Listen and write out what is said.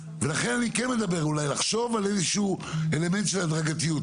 ולכן אני כן מדבר אולי לחשוב על איזשהו אלמנט של הדרגתיות.